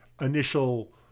initial